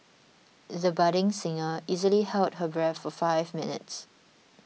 the budding singer easily held her breath for five minutes